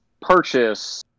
purchase